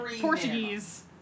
Portuguese